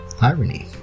irony